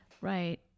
right